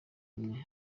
umwe